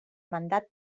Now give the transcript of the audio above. mandat